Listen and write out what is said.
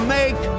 make